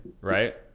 right